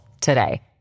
today